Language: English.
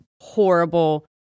Horrible